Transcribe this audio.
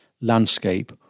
landscape